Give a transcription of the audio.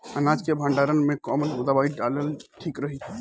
अनाज के भंडारन मैं कवन दवाई डालल ठीक रही?